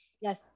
Yes